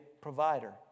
provider